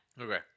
Okay